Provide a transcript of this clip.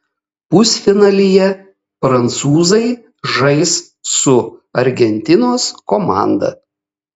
pusfinalyje prancūzai žais su argentinos komanda